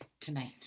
tonight